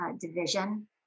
division